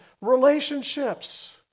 relationships